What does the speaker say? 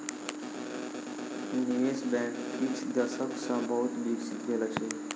निवेश बैंक किछ दशक सॅ बहुत विकसित भेल अछि